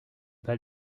pas